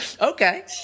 Okay